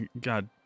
god